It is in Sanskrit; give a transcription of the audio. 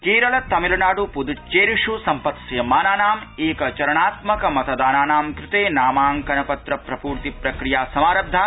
केरल तमिलनाडु पुद्च्चेरिषु सम्पत्स्यमानानाम् एक चरणात्मक निर्वाचनानां कृते नामाङ्कनपत्र प्रपूर्ति प्रक्रिया समारब्धा